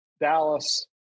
Dallas